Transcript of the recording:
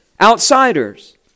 outsiders